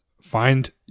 Find